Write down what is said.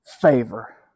favor